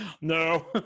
No